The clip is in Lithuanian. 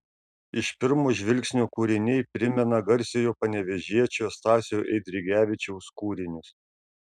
iš pirmo žvilgsnio kūriniai primena garsiojo panevėžiečio stasio eidrigevičiaus kūrinius